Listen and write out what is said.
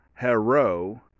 hero